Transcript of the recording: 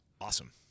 Awesome